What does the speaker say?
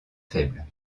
faible